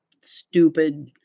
stupid